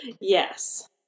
Yes